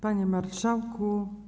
Panie Marszałku!